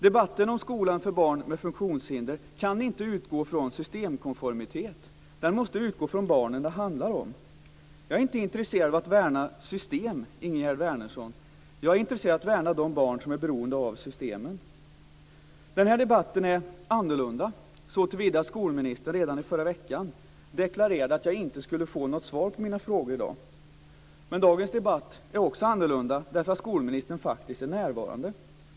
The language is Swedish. Debatten om skolan för barn med funktionshinder kan inte utgå från systemkonformitet. Den måste utgå från barnen det handlar om. Jag är inte intresserad av att värna system, Ingegerd Wärnersson. Jag är intresserad av att värna de barn som är beroende av systemen. Den här debatten är annorlunda såtillvida att skolministern redan i förra veckan deklarerade att jag inte skulle få något svar på mina frågor i dag. Men dagens debatt är också annorlunda därför att skolministern faktiskt är närvarande.